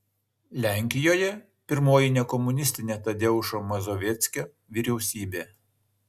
lenkijoje pirmoji nekomunistinė tadeušo mazoveckio vyriausybė